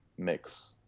mix